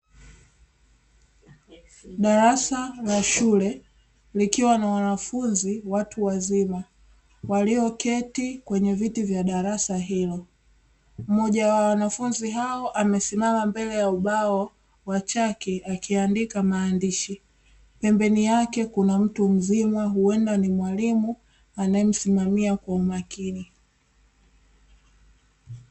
Darasa la shule likiwa na wanafunzi watu wazima walioketi kwenye viti vya darasa hilo, mmoja wa wanafunzi hao amesimama mbele ya ubao wa chaki akiandika maandishi pembeni yake kuna mtu mzima huenda ni mwalimu ane msimamia kwa umakini.